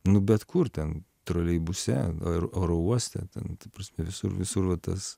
nu bet kur ten troleibuse ar oro uoste ten ta prasme visur visur va tas